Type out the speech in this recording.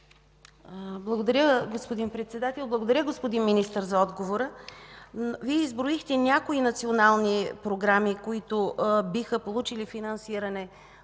Благодаря, господин Председател. Благодаря за отговора, господин Министър. Вие изброихте някои национални програми, които биха получили финансиране